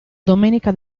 domenica